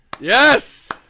Yes